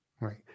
Right